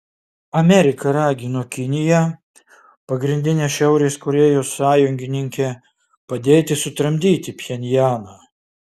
amerika ragino kiniją pagrindinę šiaurės korėjos sąjungininkę padėti sutramdyti pchenjaną